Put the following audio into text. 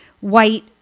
White